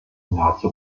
nahezu